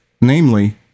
namely